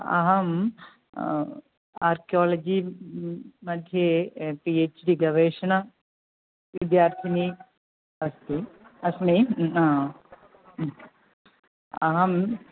अहम् आर्कियोलजि मध्ये P H D गवेषणविद्यार्थिनी अस्मि अस्मि न अहम्